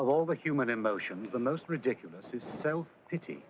all the human emotions the most ridiculous is self pity